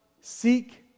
seek